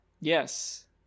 Yes